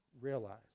realize